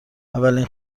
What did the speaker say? اولین